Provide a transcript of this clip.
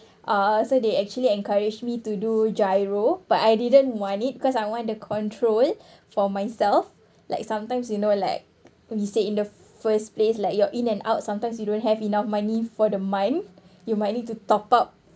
uh so they actually encouraged me to do GIRO but I didn't want it because I want the control for myself like sometimes you know like you say in the first place like your in and out sometimes you don't have enough money for the month you might need to top up